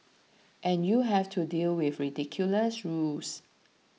and you have to deal with ridiculous rules